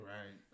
Right